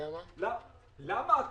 למה?